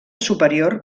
superior